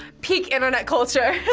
peak internet culture.